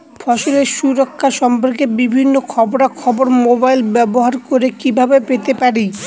ফসলের সুরক্ষা সম্পর্কে বিভিন্ন খবরা খবর মোবাইল ব্যবহার করে কিভাবে পেতে পারি?